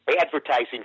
advertising